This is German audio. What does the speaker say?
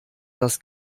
dass